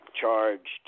charged